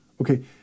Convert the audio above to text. Okay